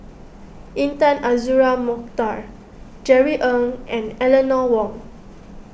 Intan Azura Mokhtar Jerry Ng and Eleanor Wong